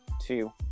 two